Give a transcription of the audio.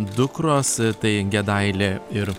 dukros tai gedailė ir